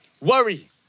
Worry